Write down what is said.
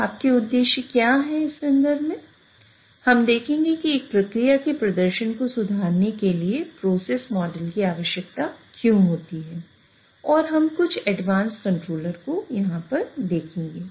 तो आप के उद्देश्य क्या है इस संदर्भ में हम देखेंगे कि एक प्रक्रिया के प्रदर्शन को सुधारने के लिए प्रोसेस मॉडल को यहां पर देखेंगे